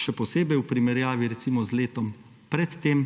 še posebej v primerjavi recimo z letom pred tem,